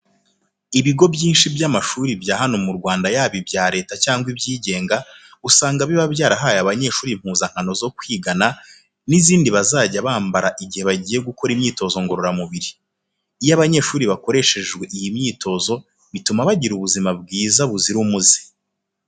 Ibigo byinshi by'amashuri bya hano mu Rwanda yaba ibya Leta cyangwa se ibyigenga, usanga biba byarahaye abanyeshuri impuzankano zo kwigana n'izindi bazajya bambara igihe bagiye gukora imyitozo ngororamubiri. Iyo abanyeshuri bakoreshejwe iyi myitozo bituma bagira ubuzima bwiza buzira umuze.